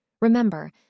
Remember